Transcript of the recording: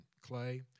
clay